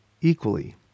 equally